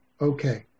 okay